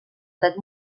dret